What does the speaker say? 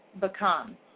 become